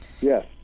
Yes